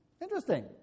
Interesting